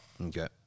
Okay